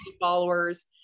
followers